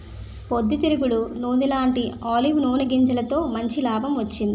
పొద్దు తిరుగుడు నూనెలాంటీ ఆలివ్ నూనె గింజలతో మంచి లాభం వచ్చింది